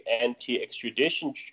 anti-extradition